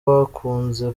bakunze